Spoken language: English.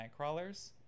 Nightcrawlers